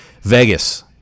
Vegas